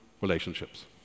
relationships